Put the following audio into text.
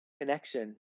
Connection